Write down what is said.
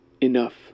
enough